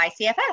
ICFF